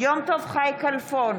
יום טוב חי כלפון,